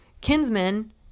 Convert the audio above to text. kinsmen